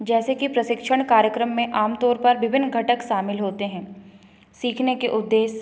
जैसे कि प्रशिक्षण कार्यक्रम में आमतौर पर विभिन्न घटक शामिल होते हैं सीखने के उद्देश्य